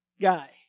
guy